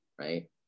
right